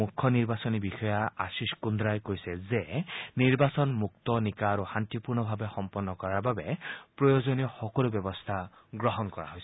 মুখ্য নিৰ্বাচনী বিষয়া আশীষ কুন্দ্ৰাই কৈছে যে নিৰ্বাচন মুক্ত নিকা আৰু শান্তিপূৰ্ণভাৱে সম্পন্ন কৰাৰ বাবে প্ৰয়োজনীয় সকলো ব্যৱস্থা গ্ৰহণ কৰা হৈছে